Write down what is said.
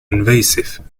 invasive